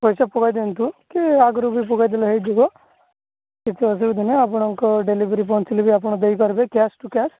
ପଇସା ପକାଇଦିଅନ୍ତୁ କି ଆଗରୁ ବି ପକାଇଦେଲେ ହେଇଯିବ କିଛି ଅସୁବିଧା ନାହିଁ ଆପଣଙ୍କ ଡେଲିଭରି ପହଁଞ୍ଚିଲେ ବି ଆପଣ ଦେଇ ପାରିବେ କ୍ୟାସ୍ ଟୁ କ୍ୟାସ୍